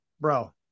bro